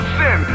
sin